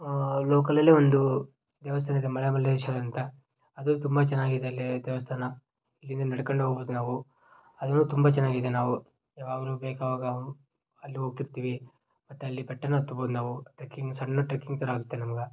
ಲೋಕಲಲ್ಲೇ ಒಂದು ದೇವಸ್ಥಾನ ಇದೆ ಮಳೆಮಲ್ಲೇಶ್ವರ ಅಂತ ಅದು ತುಂಬ ಚೆನ್ನಾಗಿದೆ ಅಲ್ಲೀ ದೇವಸ್ಥಾನ ಇಲ್ಲಿಂದ ನಡ್ಕೋಂಡ್ ಹೋಗ್ಬೋದ್ ನಾವು ಅದ್ರಲ್ಲೂ ತುಂಬ ಚೆನ್ನಾಗಿದೆ ನಾವು ಯಾವಾಗಲೂ ಬೇಕು ಅವಾಗ ಅಲ್ಲಿ ಹೋಗ್ತಿರ್ತೀವಿ ಮತ್ತು ಅಲ್ಲಿ ಬೆಟ್ಟನೂ ಹತ್ಬೋದ್ ನಾವು ಟ್ರೆಕ್ಕಿಂಗ್ ಸಣ್ಣ ಟ್ರೆಕ್ಕಿಂಗ್ ಥರ ಆಗುತ್ತೆ ನಮ್ಗೆ